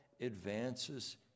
advances